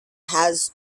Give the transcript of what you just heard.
has